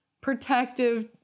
protective